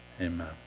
amen